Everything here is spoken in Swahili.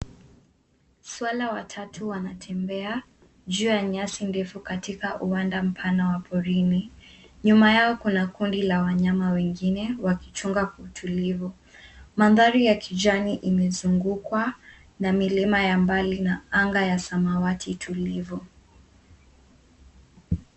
Swara watatu wanatembea, juu ya nyasi ndefu katika uwanda mpana waporini. Nyuma yao kuna kundi la wanyama wengine wakichunga kutulivu. Mandhari ya kijani imezungukwa na milima ya mbali na anga ya samawati tulivu.